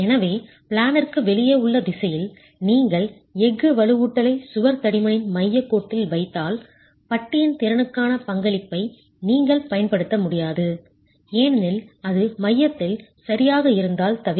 எனவே பிளேனிற்கு வெளியே உள்ள திசையில் நீங்கள் எஃகு வலுவூட்டலை சுவர் தடிமனின் மையக் கோட்டில் வைத்தால் பட்டியின் திறனுக்கான பங்களிப்பை நீங்கள் பயன்படுத்த முடியாது ஏனெனில் அது மையத்தில் சரியாக இருந்தால் தவிர